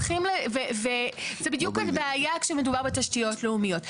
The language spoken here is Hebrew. וזה בדיוק הבעיה כשמדובר בתשתיות לאומיות.